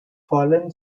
fallen